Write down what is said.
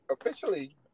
officially